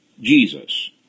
Jesus